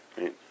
right